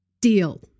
deal